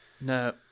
No